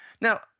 Now